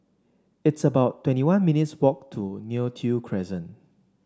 it's about twenty one minutes' walk to Neo Tiew Crescent